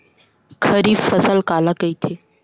खरीफ फसल काला कहिथे?